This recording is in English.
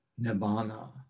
nibbana